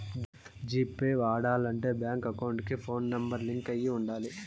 G Pay వాడాలంటే bank account కి phone number link అయి ఉండాలి